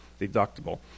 deductible